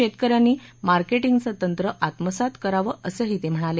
शेतकऱ्यांनी मार्केटिंगचं तंत्र आत्मसात करावं असंही ते म्हणाले